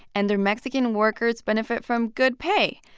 and their mexican workers benefit from good pay.